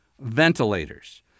ventilators